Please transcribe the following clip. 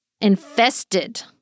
infested